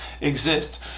exist